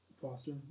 Foster